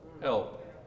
Help